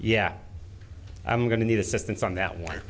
yeah i'm going to need assistance on that